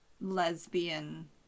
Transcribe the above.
lesbian